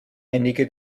einige